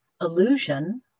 illusion